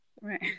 right